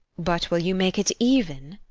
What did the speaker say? but will you make it even?